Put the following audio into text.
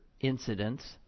incidents